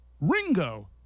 Ringo